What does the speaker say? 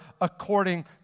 according